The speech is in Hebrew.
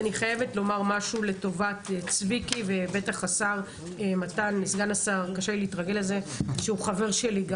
אני חייבת לומר משהו לטובת צביקי טסלר וסגן השר מתן כהנא שהוא חבר שלי.